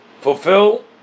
fulfill